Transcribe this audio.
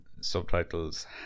subtitles